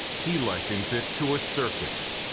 he likens it to a circus.